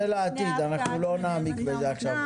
זה לעתיד, לא נעמיק בזה עכשיו.